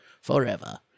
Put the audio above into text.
forever